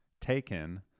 taken